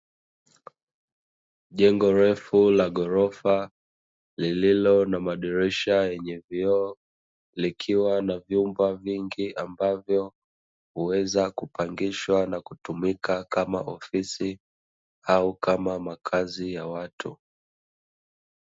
Jengo refu la ghorofa, lililo na madirisha yenye vioo, likiwa na vyumba vingi ambavyo huweza kupangishwa na kutumika kama ofisi au kama makazi ya watu.